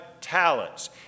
talents